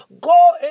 Go